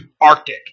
Arctic